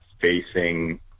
facing